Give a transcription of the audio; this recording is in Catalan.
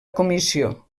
comissió